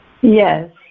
Yes